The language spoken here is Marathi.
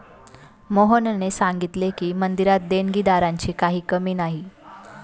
मोहनने सांगितले की, मंदिरात देणगीदारांची काही कमी नाही